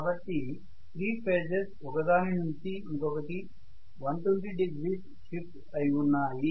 కాబట్టి 3 ఫేజెస్ ఒక దాని నుంచి ఇంకొక్కటి 120 డిగ్రీస్ షిఫ్ట్ అయి ఉన్నాయి